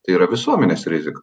tai yra visuomenės rizika